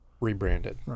rebranded